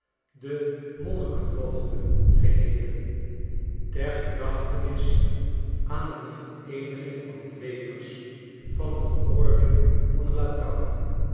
de monnikenhoogte geheeten ter gedachtenis aan een vereeniging van dwepers van de orde van la trappe